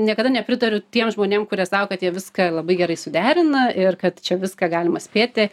niekada nepritariu tiem žmonėm kurie sako kad jie viską labai gerai suderina ir kad čia viską galima spėti